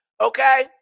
Okay